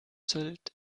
sylt